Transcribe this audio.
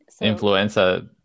Influenza